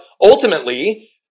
ultimately